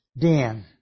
Dan